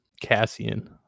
Cassian